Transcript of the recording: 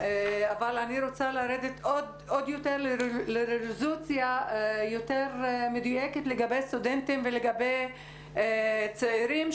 אני רוצה לרדת לרזולוציה יותר מדויקת לגבי סטודנטים ולגבי צעירים,